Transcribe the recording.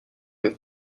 with